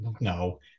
No